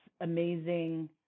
amazing